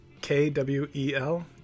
K-W-E-L